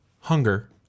hunger